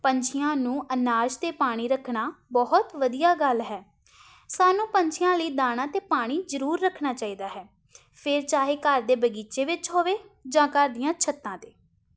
ਪੰਛੀਆਂ ਨੂੰ ਅਨਾਜ ਅਤੇ ਪਾਣੀ ਰੱਖਣਾ ਬਹੁਤ ਵਧੀਆ ਗੱਲ ਹੈ ਸਾਨੂੰ ਪੰਛੀਆਂ ਲਈ ਦਾਣਾ ਅਤੇ ਪਾਣੀ ਜ਼ਰੂਰ ਰੱਖਣਾ ਚਾਹੀਦਾ ਹੈ ਫਿਰ ਚਾਹੇ ਘਰ ਦੇ ਬਗੀਚੇ ਵਿੱਚ ਹੋਵੇ ਜਾਂ ਘਰ ਦੀਆਂ ਛੱਤਾਂ 'ਤੇ